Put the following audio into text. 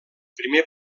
primer